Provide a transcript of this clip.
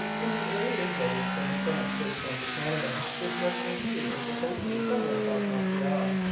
in the earlier days, when the french first came to canada, this western sea was supposed to be somewhere above montreal.